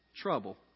trouble